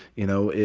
you know,